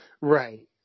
Right